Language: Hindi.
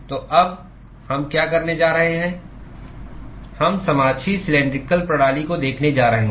तो अब हम क्या करने जा रहे हैं हम समाक्षीय सिलैंडरिकल प्रणाली को देखने जा रहे हैं